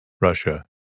Russia